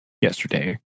yesterday